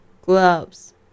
Gloves